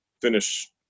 finish